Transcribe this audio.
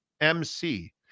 MC